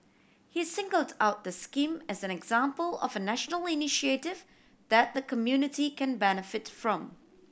he singled out the scheme as an example of a national initiative that the community can benefit from